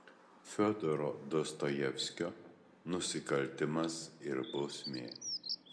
fiodoro dostojevskio nusikaltimas ir bausmė